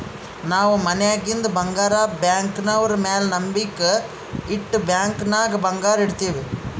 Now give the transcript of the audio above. ನಾವ್ ಮನ್ಯಾಗಿಂದ್ ಬಂಗಾರ ಬ್ಯಾಂಕ್ನವ್ರ ಮ್ಯಾಲ ನಂಬಿಕ್ ಇಟ್ಟು ಬ್ಯಾಂಕ್ ನಾಗ್ ಬಂಗಾರ್ ಇಡ್ತಿವ್